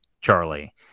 Charlie